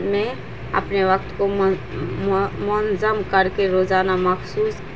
میں اپنے وقت کو منظم کر کے روزانہ مخصوص